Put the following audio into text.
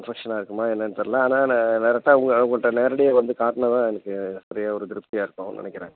இன்ஃபெக்ஷன்னாக இருக்குமா என்னன்னு தெர்லை ஆனால் நான் டேரக்டாக உங்கள் உங்கள்கிட்ட நேரடியாக வந்து காட்டினா தான் எனக்கு சரியாக ஒரு திருப்தியாக இருக்கும்னு நினைக்கிறேன்